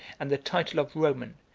and the title of roman,